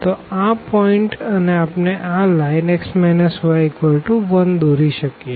તો આ પોઈન્ટ 10અને આપણે આ લાઈન x y1 દોરી શકીએ